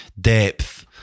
depth